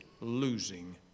losing